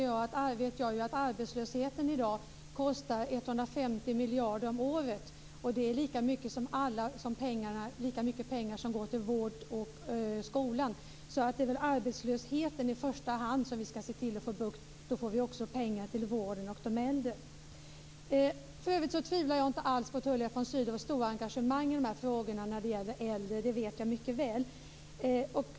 Jag vet att arbetslösheten i dag kostar 150 miljarder kronor om året. Det är lika mycket som de pengar som går till vården och skolan. Det är väl arbetslösheten som vi i första hand skall se till att vi får bukt med, för då får vi också pengar till vården och till de äldre. För övrigt tvivlar jag inte alls på Tullia von Sydows stora engagemang i frågorna om de äldre, utan det känner jag mycket väl till.